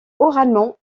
oralement